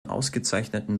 ausgezeichneten